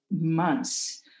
months